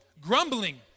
Grumbling